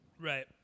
Right